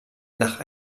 nach